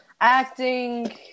acting